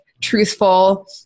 truthful